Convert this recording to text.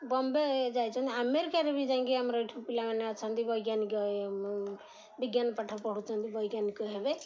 ବମ୍ବେ ଯାଇଛନ୍ତି ଆମେରିକାରେ ବି ଯାଇକି ଆମର ଏଠୁ ପିଲାମାନେ ଅଛନ୍ତି ବୈଜ୍ଞାନିକ ବିଜ୍ଞାନ ପାଠ ପଢ଼ୁଛନ୍ତି ବୈଜ୍ଞାନିକ ହେବେ